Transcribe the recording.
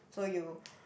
so you